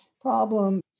problem